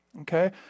okay